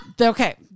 Okay